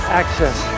access